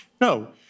No